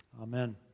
Amen